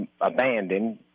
abandoned